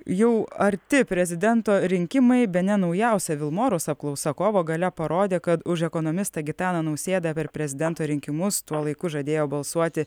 jau arti prezidento rinkimai bene naujausia vilmorus apklausa kovo gale parodė kad už ekonomistą gitaną nausėdą per prezidento rinkimus tuo laiku žadėjo balsuoti